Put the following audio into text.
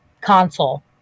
console